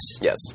yes